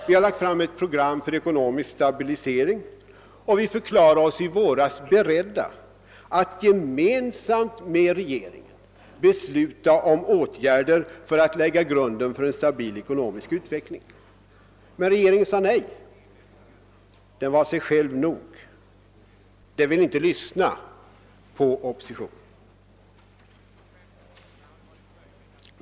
Vi har lagt fram ett program för ekonomisk stabilisering och vi förklarade oss i våras beredda att gemensamt med regeringen besluta om åtgärder för att lägga grunden för en stabil ekonomisk utveckling. Men regeringen sade nej. Den var sig själv nog. Den ville inte lyssna på oppositionen.